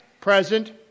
present